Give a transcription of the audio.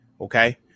Okay